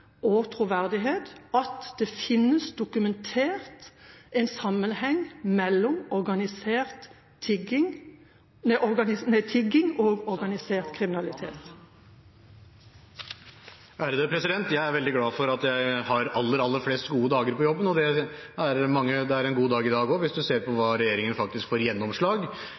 og troverdighet – at det finnes dokumentert en sammenheng mellom tigging og organisert kriminalitet? Jeg er veldig glad for at jeg har aller, aller flest gode dager på jobben, og det er en god dag i dag også hvis man ser på hva regjeringen faktisk får gjennomslag